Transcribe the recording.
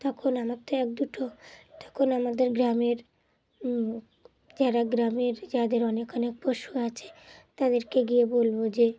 তখন আমার তো এক দুটো তখন আমাদের গ্রামের যারা গ্রামের যাদের অনেক অনেক পশু আছে তাদেরকে গিয়ে বলবো যে